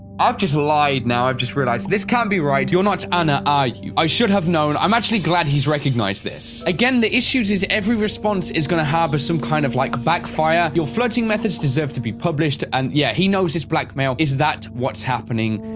i've just lied now i've just realized this can't be right you're not anna are ah you i should have known i'm actually glad he's recognized this again. the issues is every response is gonna. have a some kind of like backfire you're flirting methods deserve to be published, and yeah. he knows his blackmail is that what's happening.